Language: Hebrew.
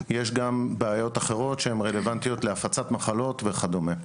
יש גם בעיות אחרות שהן רלוונטיות להפצת מחלות וכדומה,